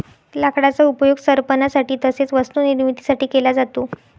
लाकडाचा उपयोग सरपणासाठी तसेच वस्तू निर्मिती साठी केला जातो